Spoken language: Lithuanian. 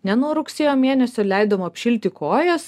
ne nuo rugsėjo mėnesio leidom apšilti kojas